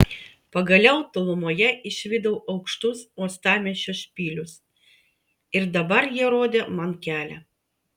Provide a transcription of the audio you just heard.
pagaliau tolumoje išvydau aukštus uostamiesčio špilius ir dabar jie rodė man kelią